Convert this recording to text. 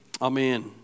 Amen